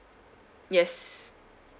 yes